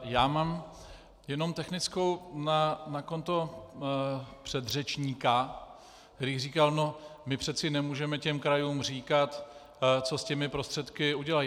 Já mám jenom technickou na konto předřečníka, který říkal: No, my přece nemůžeme těm krajům říkat, co s těmi prostředky udělají.